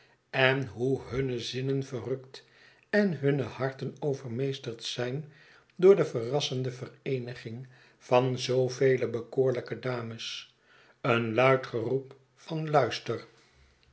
en hoe hunne zinnen verrukt en hunne harten overmeesterd zijn door de verrassende vereeniging van zoovele bekoorlijke dames een luid geroep van luister